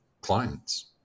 clients